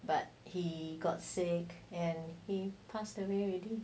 but he got sick and he passed away already